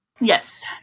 Yes